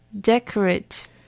Decorate